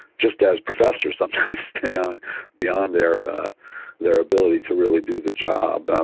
just as professors sometimes staying on beyond their their ability to really do the job.